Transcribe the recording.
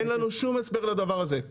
אין לנו שום הסבר לדבר הזה.